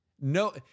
No